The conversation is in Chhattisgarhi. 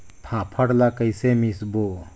फाफण ला कइसे मिसबो?